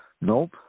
Nope